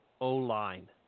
O-line